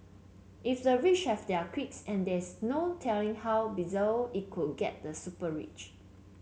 if the rich have their quirks and there's no telling how bizarre it could get the super rich